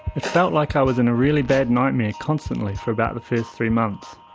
it felt like i was in a really bad nightmare constantly for about the first three months.